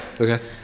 okay